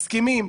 מסכימים,